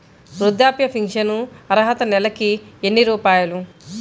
వృద్ధాప్య ఫింఛను అర్హత నెలకి ఎన్ని రూపాయలు?